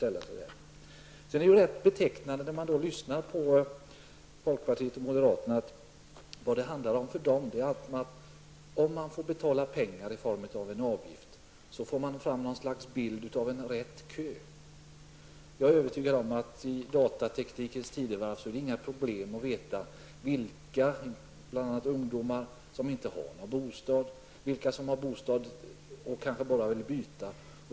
Det är rätt betecknande att man i folkpartiet och moderata samlingspartiet menar att om de bostadssökande får betala en avgift, får man på så sätt fram något slags bild av den riktiga kön. Jag är övertygad om att det i datateknikens tidevarv inte är något problem att ta reda på exempelvis vilka ungdomar som inte har någon bostad och vilka som har bostad och kanske bara vill byta.